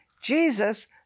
Jesus